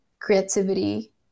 creativity